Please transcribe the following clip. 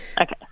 Okay